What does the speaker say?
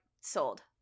sold